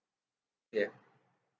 ya